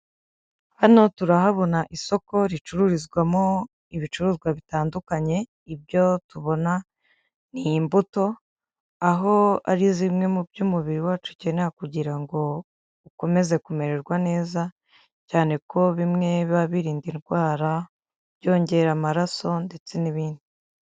Hano turahabona isoko ricururizwamo ibicuruzwa bitandukanye, ibyo tubona ni imbuto aho ari zimwe mu byo umubiri wacu ukenera kugira ngo ukomeze kumererwa neza cyane ko bimwe biba birinda indwara, byongera amaraso ndetse n'ibindi.